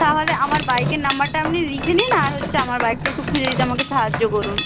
তাহলে আমার বাইকের নাম্বারটা আপনি লিখে নিন আর হচ্ছে আমার বাইকটা একটু খুঁজে দিতে আমাকে সাহায্য করুন